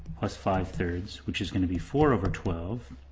plus five thirds which is gonna be four over twelve.